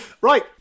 Right